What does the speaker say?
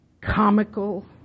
comical